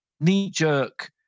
knee-jerk